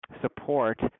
support